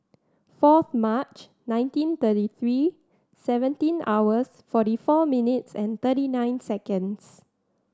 fourth March nineteen thirty three seventeen hours forty four minutes and thirty nine seconds